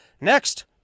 next